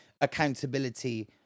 accountability